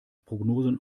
prognosen